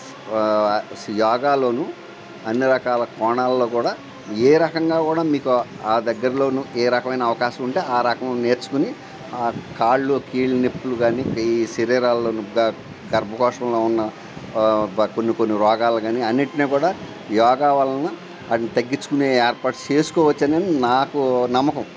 యోగాలోనూ అన్నీ రకాల కోణాల్లో కూడా ఏ రకంగా కూడా మీకు ఆ దగ్గరలోనూ ఏ రకమైన అవకాశం ఉంటే ఆ రకం నేర్చుకొని కాళ్ళు కీళ్ళు నొప్పులు కానీ ఈ శరీరాల్లోను గర్భకోశంలో ఉన్న కొన్ని కొన్ని రోగాలు కానీ అన్నిటినీ కూడా యోగా వల్లన ఆటిని తగ్గించుకునే ఏర్పాటు చేసుకోవచ్చు అనే నాకు నమ్మకం